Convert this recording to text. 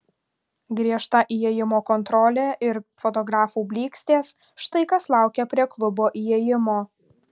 griežta įėjimo kontrolė ir fotografų blykstės štai kas laukė prie klubo įėjimo